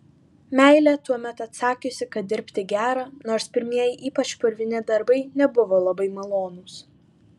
meilė tuomet atsakiusi kad dirbti gera nors pirmieji ypač purvini darbai nebuvo labai malonūs